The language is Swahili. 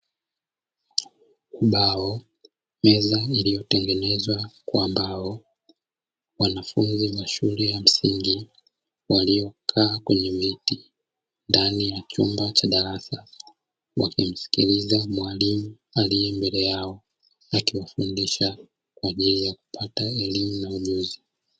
Ubao, meza iliyotengenezwa kwa mbao, wanafunzi wa shule ya msingi, waliokaa kwenye viti ndani ya chumba cha darasa, wakimsikiliza mwalimu aliye mbele yao, akiwafundisha kwa ajili ya kupata elimu na ujuzi.